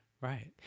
Right